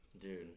dude